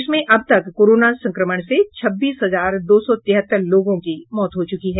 देश में अब तक कोरोना संक्रमण से छब्बीस हजार दो सौ तिहत्तर लोगों की मौत हो चुकी है